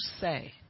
say